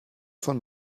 von